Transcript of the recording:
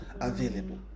available